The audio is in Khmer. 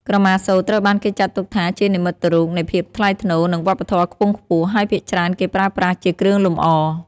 ក្រមាសូត្រត្រូវបានគេចាត់ទុកថាជានិមិត្តរូបនៃភាពថ្លៃថ្នូរ និងវប្បធម៌ខ្ពង់ខ្ពស់ ហើយភាគច្រើនគេប្រើប្រាស់ជាគ្រឿងលម្អ។